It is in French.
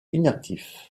inactif